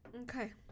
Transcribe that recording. Okay